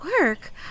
Work